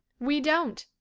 we don't.